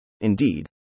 Indeed